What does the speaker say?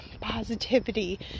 positivity